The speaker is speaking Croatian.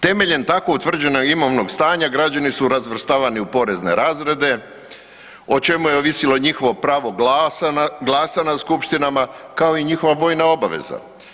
Temeljem tako utvrđenog imovnog stanja građani su razvrstavani u porezne razrede o čemu je ovisilo njihovo pravo glasa na skupštinama kao i njihova vojna obaveza.